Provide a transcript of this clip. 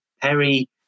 Perry